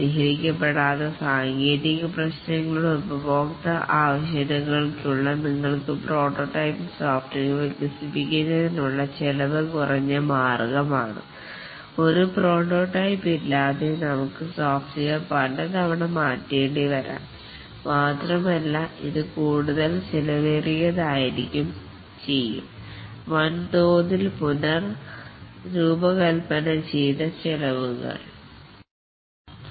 പരിഹരിക്കപ്പെടാത്ത സാങ്കേതിക പ്രശ്നങ്ങളുടെ ഉപയോക്ത്യ ആവശ്യ കത്കൾക്കുള്ള നിങ്ങൾക്ക് പ്രോട്ടോടൈപ്പിംഗ് സോഫ്റ്റ്വെയർ വികസിപ്പിക്കുന്നതിനുള്ള ചെലവ് കുറഞ്ഞ മാർഗമാണ് ഒരു പ്രോട്ടോ ടൈപ്പ് ഇല്ലാതെ നമുക്ക് സോഫ്റ്റ്വെയർ പലതവണ മാറ്റേണ്ടി വരാം മാത്രമല്ല ഇത് കൂടുതൽ ചിലവേറിയ ആയിരിക്കുകയും ചെയ്യും വൻതോതിൽ പുനർ രൂപകല്പനചെയ്ത ചെലവുകൾ